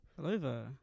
Hello